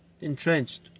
entrenched